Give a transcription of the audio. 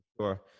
sure